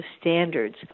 standards